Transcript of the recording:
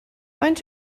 faint